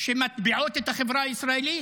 שמטביעות את החברה הישראלית?